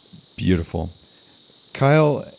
beautiful kyle,